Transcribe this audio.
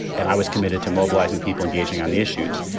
and i was committed to mobilizing people, engaging on the issues.